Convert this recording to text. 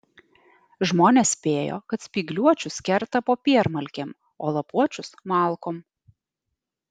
žmonės spėjo kad spygliuočius kerta popiermalkėm o lapuočius malkom